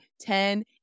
Ten